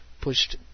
pushed